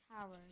towers